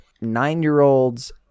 nine-year-olds